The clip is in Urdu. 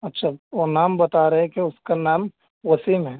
اچھا وہ نام بتا رہے ہیں کہ اس کا نام وسیم ہے